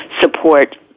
support